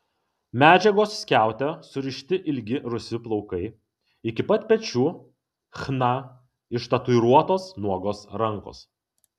medžiagos skiaute surišti ilgi rusvi plaukai iki pat pečių chna ištatuiruotos nuogos rankos